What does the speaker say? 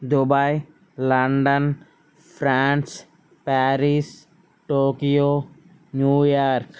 Dubai London France Paris Tokyo New York